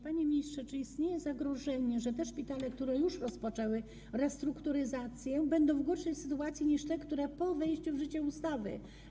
Panie ministrze, czy istnieje zagrożenie, że szpitale, które już rozpoczęły restrukturyzację, będą w gorszej sytuacji niż te, które dokonają tego po wejściu w życiu ustawy?